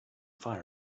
fire